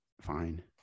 fine